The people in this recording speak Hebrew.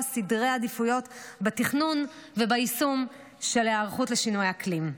סדרי עדיפויות בתכנון וביישום של ההיערכות לשינויי האקלים.